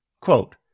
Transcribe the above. Quote